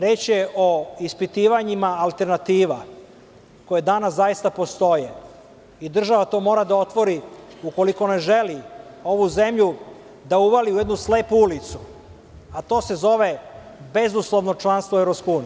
Reč je o ispitivanjima alternativa koje danas postoje i država to mora da otvori ukoliko ne želi ovu zemlju da uvali u jednu slepu ulicu, a to se zove bezuslovno članstvo u EU.